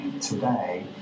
today